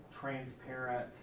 transparent